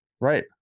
Right